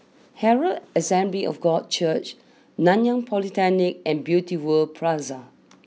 Herald Assembly of God Church Nanyang Polytechnic and Beauty World Plaza